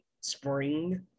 spring